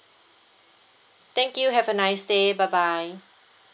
thank you have a nice day bye bye